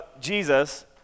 Jesus